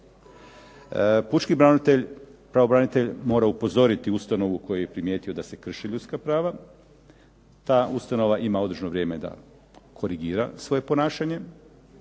Pučki pravobranitelj mora upozoriti ustanovu u kojoj je primjetio da se krši ljudska prava. Ta ustanova ima određeno vrijeme da korigira svoje ponašanje.